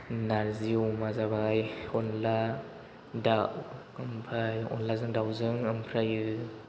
नारजि अमा जाबाय अनला दाउ ओमफ्राय अनलाजों दाउजों ओमफ्राय